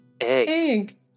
Egg